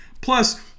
Plus